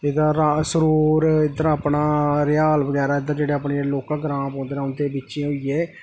जेह्का सरोर इद्धर अपना रिहाल बगैरा जेह्ड़े अपने लोकल ग्रांऽ पौंदे न उंदे बिच्चें होइयै